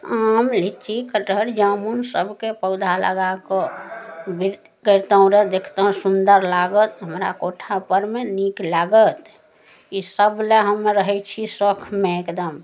आम लिची कठहर जामुन सभके पौधा लगा कऽ विध कैरितहुॅं रऽ देखतहुॅं सुन्दर लागत हमरा कोठा परमे नीक लागत ई सभ लए हम रहै छी शौखमे एकदम